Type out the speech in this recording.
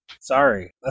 Sorry